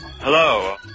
hello